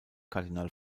kardinal